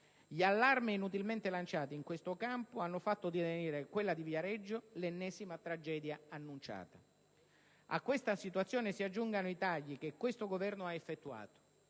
Gli allarmi inutilmente lanciati in questo campo hanno fatto divenire quella di Viareggio l'ennesima tragedia annunciata. A questa situazione si aggiungano i tagli che questo Governo ha effettuato: